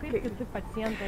kaip kiti pacientai